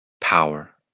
power